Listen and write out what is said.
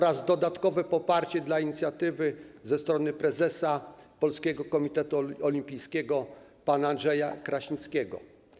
Jest też dodatkowe poparcie inicjatywy ze strony prezesa Polskiego Komitetu Olimpijskiego pana Andrzeja Kraśnickiego.